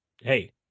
Hey